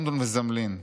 לונדון וזמלין,